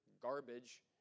garbage